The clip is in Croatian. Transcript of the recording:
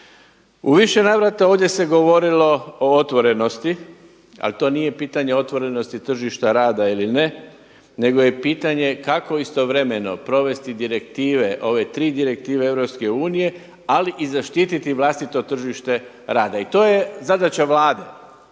U više navrata ovdje se govorilo o otvorenosti, ali to nije pitanje otvorenosti tržišta rada ili ne, nego je pitanje kako istovremeno provesti direktive, ove tri direktive EU, ali i zaštititi vlastito tržište rada i to je zadaća Vlade.